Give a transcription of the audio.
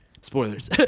Spoilers